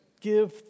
Give